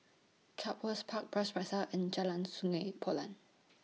Chatsworth Park Bras Basah and Jalan Sungei Poyan